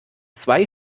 zwei